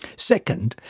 second,